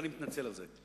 אני מתנצל על זה.